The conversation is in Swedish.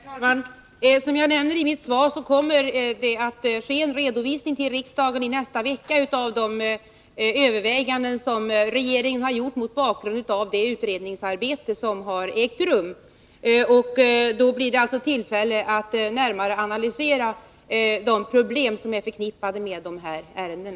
Herr talman! Som jag nämner i mitt svar, kommer det i nästa vecka att ske en redovisning för riksdagen av de överväganden som regeringen har gjort mot bakgrund av det utredningsarbete som har ägt rum. Då blir det alltså tillfälle att närmare analysera de problem som är förknippade med den här frågan.